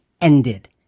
ended